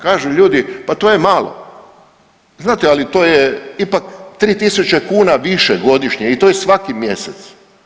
Kažu ljudi pa to je malo, znate ali to je ipak 3000 kuna više godišnje i to je svaki mjesec.